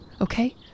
okay